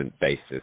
basis